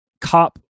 cop